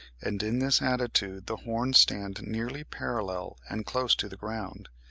and in this attitude the horns stand nearly parallel and close to the ground,